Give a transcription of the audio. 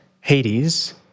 Hades